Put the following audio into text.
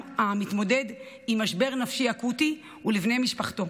המתמודד עם משבר נפשי אקוטי ולבני משפחתו.